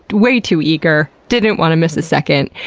way too eager, didn't want to miss a second.